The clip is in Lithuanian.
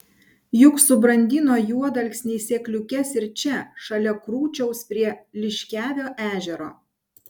juk subrandino juodalksniai sėkliukes ir čia šalia krūčiaus prie liškiavio ežero